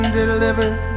delivered